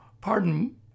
pardon